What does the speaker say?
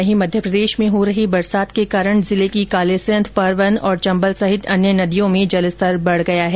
वहीं मध्य प्रदेश में हो रही बरसात के कारण जिले की कालीसिंध परवन और चम्बल सहित अन्य नदियों में भी जल स्तर बढ़ गया है